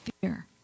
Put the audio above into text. fear